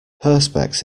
perspex